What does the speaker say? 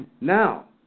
Now